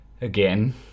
again